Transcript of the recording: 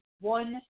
one